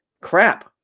crap